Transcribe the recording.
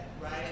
right